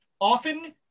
Often